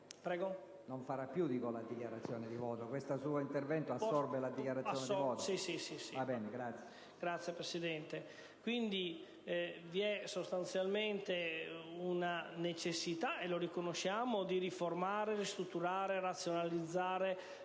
intervenire in dichiarazione di voto? Questo suo intervento assorbe la dichiarazione di voto?